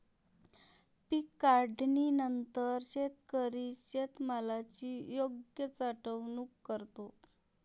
पीक काढणीनंतर शेतकरी शेतमालाची योग्य साठवणूक करतो